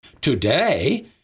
Today